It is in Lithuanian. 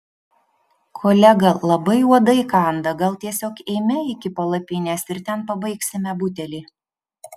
kolega labai uodai kanda gal tiesiog eime iki palapinės ir ten pabaigsime butelį